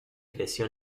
creció